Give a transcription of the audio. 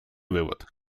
вывод